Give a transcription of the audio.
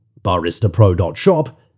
BaristaPro.shop